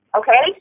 okay